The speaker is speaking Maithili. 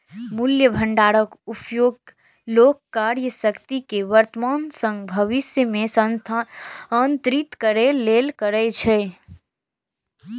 मूल्य भंडारक उपयोग लोग क्रयशक्ति कें वर्तमान सं भविष्य मे स्थानांतरित करै लेल करै छै